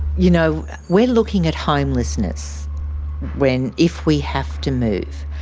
you know we're looking at homelessness when, if we have to move.